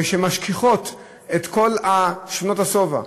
שמשכיחות את כל שנות השובע,